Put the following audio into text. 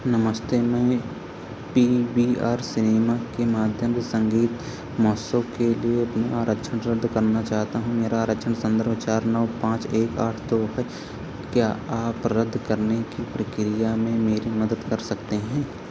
नमस्ते मैं P V R cinema के माध्यम से संगीत महोत्सव के लिए अपना आरक्षण रद्द करना चाहता हूँ मेरा आरक्षण संदर्भ चार नौ पाँच एक आठ दो है क्या आप रद्द करने की प्रक्रिया में मेरी मदद कर सकते हैं